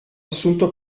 assunto